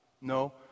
No